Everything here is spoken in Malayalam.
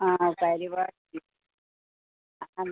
ആ ആ പരിപാടി ആ അത്